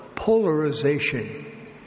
polarization